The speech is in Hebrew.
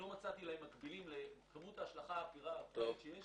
בכמות ההשלכה הפראית שיש.